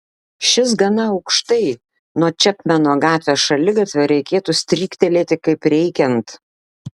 šis gana aukštai nuo čepmeno gatvės šaligatvio reikėtų stryktelėti kaip reikiant